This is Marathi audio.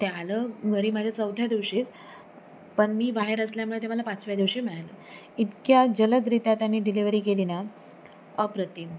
ते आलं घरी माझ्या चौथ्या दिवशीच पण मी बाहेर असल्यामुळे ते मला पाचव्या दिवशी मिळालं इतक्या जलदरीत्या त्याने डिलेवरी केली ना अप्रतिम